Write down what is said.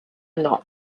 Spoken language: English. not